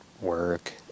work